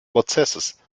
prozesses